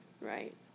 Right